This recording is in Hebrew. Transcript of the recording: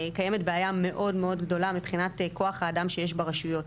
קיימת בעיה מאוד מאוד גדולה מבחינת כוח האדם שיש ברשויות.